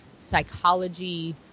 psychology